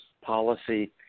policy